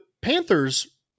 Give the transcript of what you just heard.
Panthers